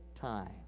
time